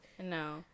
No